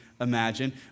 imagine